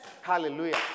Hallelujah